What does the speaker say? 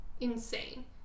insane